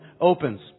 opens